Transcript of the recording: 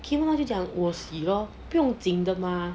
kim 就讲 lor 不用紧的吗